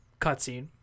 cutscene